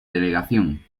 delegación